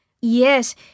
Yes